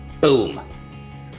Boom